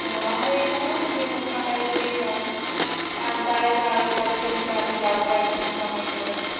ও আমাদের এখানেও তো বেগুন কাঁটাতেই হয় আর তাই তাহলে ভালোই দেখি তাহলে যাবো একদিন সময় করে